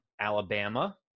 Alabama